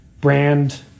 brand